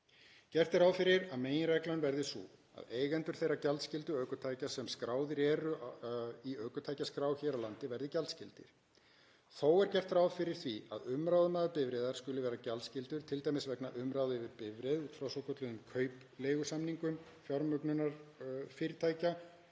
Gert er ráð fyrir því að meginreglan verði sú að eigendur þeirra gjaldskyldu ökutækja sem skráðar eru í ökutækjaskrá hér á landi verði gjaldskyldir. Þó er gert ráð fyrir því að umráðamaður bifreiðar skuli vera gjaldskyldur, t.d. vegna umráða yfir bifreið út frá svokölluðum kaupleigusamningum fjármögnunar-fyrirtækja